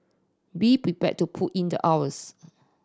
be prepared to put in the hours